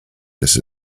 this